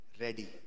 ready